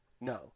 no